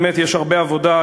באמת יש הרבה עבודה,